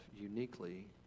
uniquely